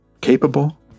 capable